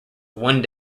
one